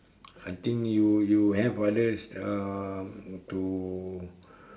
I think you you have others to